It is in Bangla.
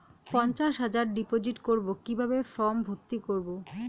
পঞ্চাশ হাজার ডিপোজিট করবো কিভাবে ফর্ম ভর্তি করবো?